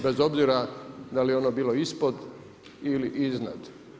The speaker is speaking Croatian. Bez obzira da li ono bilo ispod ili iznad.